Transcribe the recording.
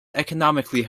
economically